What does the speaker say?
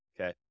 Okay